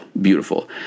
beautiful